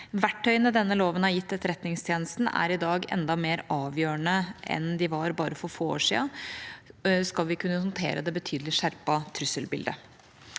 Verktøyene denne loven har gitt Etterretningstjenesten, er i dag enda mer avgjørende enn de var bare for få år siden, skal vi kunne håndtere det betydelig skjerpede trusselbildet.